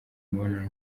imibonano